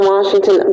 Washington